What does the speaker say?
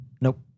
Nope